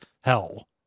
Hell